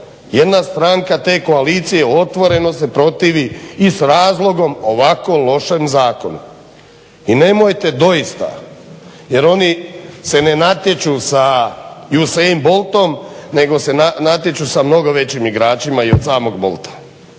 Jedna stranka te koalicije otvoreno se protivi i s razlogom ovako lošem zakonu. I nemojte doista jer oni se ne natječu sa Usain Boltom nego se natječu sa mnogo većim igračima i od samog Bolta,